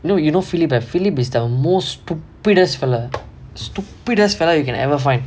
no you know phillp ah philip is the most stupidest fellow stupidest fellow you can ever find